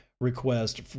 request